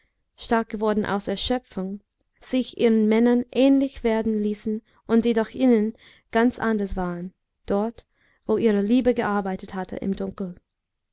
stark geworden aus erschöpfung sich ihren männern ähnlich werden ließen und die doch innen ganz anders waren dort wo ihre liebe gearbeitet hatte im dunkel